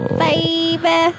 baby